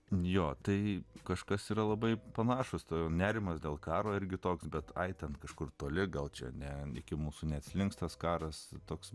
jo taip kažkas yra labai panašūs todėl nerimas dėl karo irgi toks bet tai ten kažkur toli gal čia net iki mūsų neatslinks tas karas toks